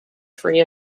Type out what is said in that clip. free